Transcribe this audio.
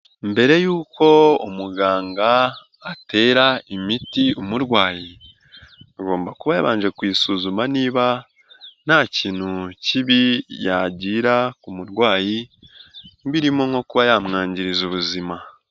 Mbere yuko umuganga atera imiti umurwayi agomba kuba yabanje kuyisuzuma niba nta kintu kibi yagira ku murwayi birimo nko kuba yamwangiriza ubuzima.